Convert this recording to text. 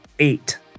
Eight